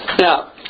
Now